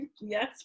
yes